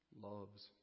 loves